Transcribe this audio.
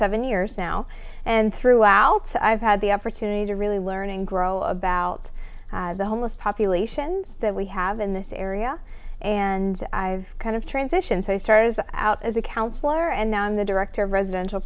seven years now and throughout so i've had the opportunity to really learn and grow about the homeless populations that we have in this area and i've kind of transition so i started out as a counselor and now i'm the director of residential